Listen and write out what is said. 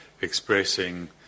expressing